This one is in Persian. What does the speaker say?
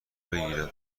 بگیرم